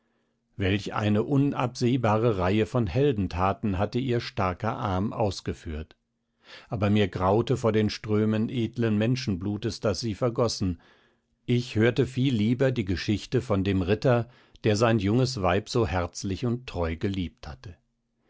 welch eine unabsehbare reihe von heldenthaten hatte ihr starker arm ausgeführt aber mir graute vor den strömen edlen menschenblutes das sie vergossen ich hörte viel lieber die geschichte von dem ritter der sein junges weib so herzlich und treu geliebt hatte